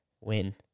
win